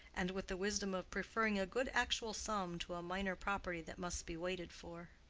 and with the wisdom of preferring a good actual sum to a minor property that must be waited for.